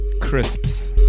crisps